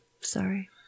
Sorry